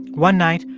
one night,